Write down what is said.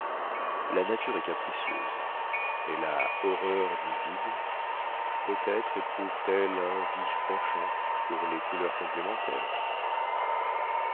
la nature est capricieuse elle a horreur du vide peut-être éprouve t elle un vif penchant pour les couleurs complémentaires